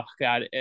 God